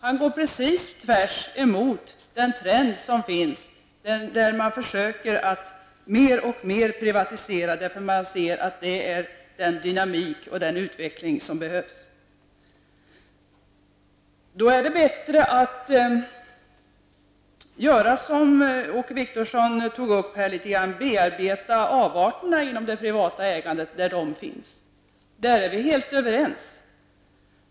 Han går precis tvärtemot den trend som finns och som går ut på att man försöker att mer och mer privatisera, eftersom man ser att det innebär den dynamik och den utveckling som behövs. Då är det bättre att göra som Åke Wictorsson sade, nämligen att bearbeta de avarter som finns inom det privata ägandet. Där är vi helt överens.